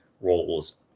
roles